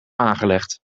aangelegd